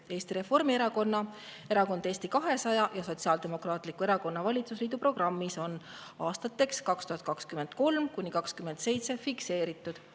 Eesti Reformierakonna, Erakond Eesti 200 ja Sotsiaaldemokraatliku Erakonna valitsusliidu programmis on aastateks 2023–2027 fikseeritud: